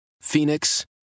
Phoenix